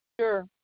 Sure